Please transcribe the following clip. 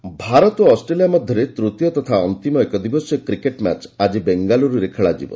cricket ODI ଭାରତ ଓ Australia ମଧ୍ୟରେ ତୃତୀୟ ତଥା ଅନ୍ତିମ ଏକଦିବସୀୟ କ୍ରିକେଟ୍ ମ୍ୟାଚ୍ ଆଜି ବେଙ୍ଗାଲ୍ତରରେ ଖେଳାଯିବ